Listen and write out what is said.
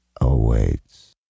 awaits